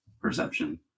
perception